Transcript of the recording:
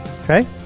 okay